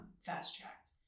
fast-tracked